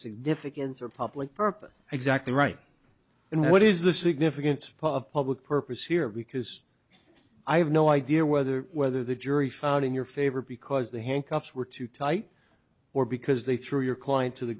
significance or public purpose exactly right and what is the significance of public purpose here because i have no idea whether whether the jury found in your favor because the handcuffs were too tight or because they threw your client to the